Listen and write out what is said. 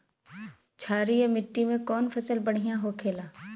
क्षारीय मिट्टी में कौन फसल बढ़ियां हो खेला?